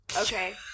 okay